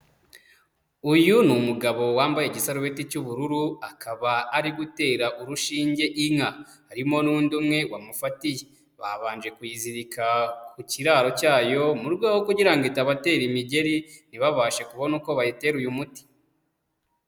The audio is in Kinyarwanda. Uyu ni umugabo wambaye igisarubeti cy'ubururu akaba ari gutera urushinge inka. Harimo n'undi umwe wamufatiye. Babanje kuyizirika ku kiraro cyayo mu rwego rwo kugira ngo itabatera imigeri ntibabashe kubona uko bayitera uyu muti.